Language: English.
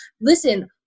listen